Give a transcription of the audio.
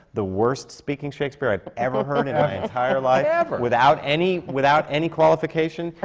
the worst speaking shakespeare i've ever heard in my entire life! ever! without any without any qualification,